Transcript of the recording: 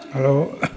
hello